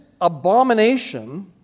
abomination